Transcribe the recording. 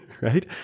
Right